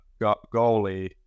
goalie